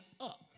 up